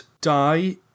die